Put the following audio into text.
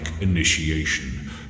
initiation